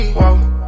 Whoa